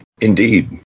Indeed